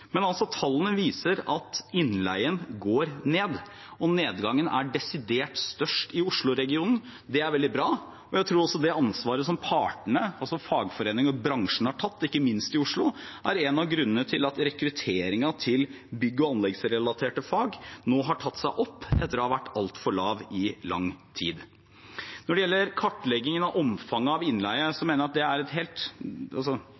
tallene viser altså at innleien går ned, og nedgangen er desidert størst i Oslo-regionen. Det er veldig bra. Jeg vil tro at også det ansvaret som partene, altså fagforeningene og bransjen, har tatt – ikke minst i Oslo – er en av grunnene til at rekrutteringen til bygg- og anleggsrelaterte fag nå har tatt seg opp etter å ha vært altfor lav i lang tid. Når det gjelder kartleggingen av omfanget av innleie,